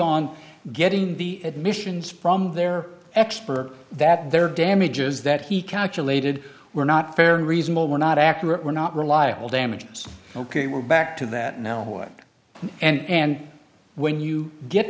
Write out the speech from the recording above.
on getting the admissions from their expert that their damages that he calculated were not fair and reasonable were not accurate were not reliable damages ok we're back to that now away and when you get